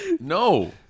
No